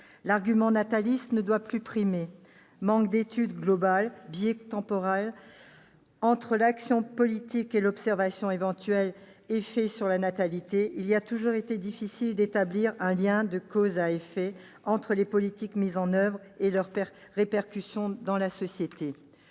L'argument nataliste ne doit plus primer. Manque d'études globales, biais temporel entre l'action politique et l'observation éventuelle, effet sur la natalité, il a toujours été difficile d'établir un lien de cause à effet entre les politiques mises en oeuvre et leurs répercussions dans la société.